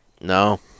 No